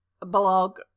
Blog